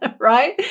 right